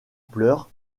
pleurs